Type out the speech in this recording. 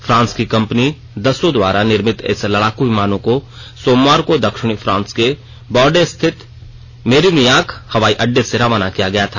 France की कंपनी Dassault द्वारा निर्मित इन लडाकू विमानों को सोमवार को दक्षिणी फ्रांस के बॉर्डे स्थित मेरीनियाख हवाईअड्डे से रवाना किया गया था